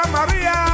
Maria